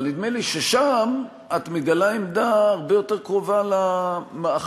אבל נדמה לי ששם את מגלה עמדה הרבה יותר קרובה לאחריות